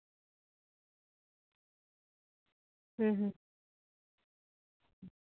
ᱦᱩᱸ ᱦᱩᱸ